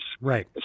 Right